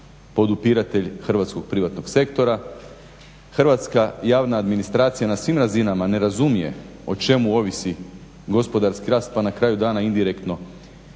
Hrvatska javna administracija na svim razinama ne razumije o čemu ovisi gospodarski rast, pa na kraju dana indirektno i plaće